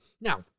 Now